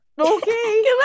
okay